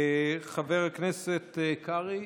חבר הכנסת קרעי,